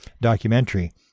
documentary